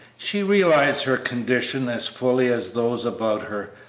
she realized her condition as fully as those about her,